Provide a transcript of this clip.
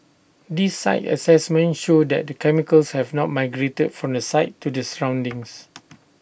these site assessments show that the chemicals have not migrated from the site to the surroundings